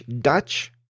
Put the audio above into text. Dutch